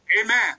Amen